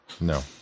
No